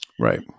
Right